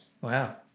Wow